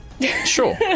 Sure